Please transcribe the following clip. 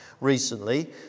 recently